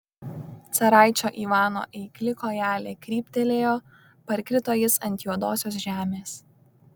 caraičio ivano eikli kojelė kryptelėjo parkrito jis ant juodosios žemės